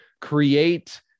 create